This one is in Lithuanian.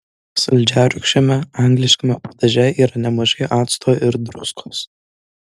saldžiarūgščiame angliškame padaže yra nemažai acto ir druskos